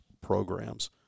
programs